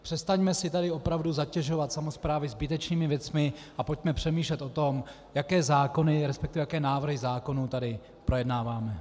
Přestaňme si tady opravdu zatěžovat samosprávy zbytečnými věcmi a pojďme přemýšlet o tom, jaké zákony, resp. jaké návrhy zákonů tady projednáváme.